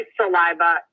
saliva